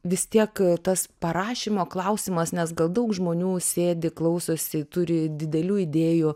vis tiek tas parašymo klausimas nes gal daug žmonių sėdi klausosi turi didelių idėjų